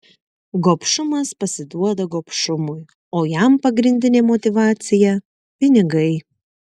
gobšumas pasiduoda gobšumui o jam pagrindinė motyvacija pinigai